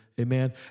Amen